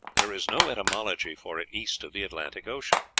there is no etymology for it east of the atlantic ocean.